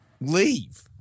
Leave